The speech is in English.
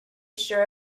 sure